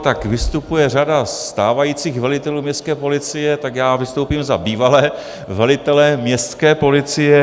Tak vystupuje řada stávajících velitelů městské policie, tak já vystoupím za bývalé velitele městské policie.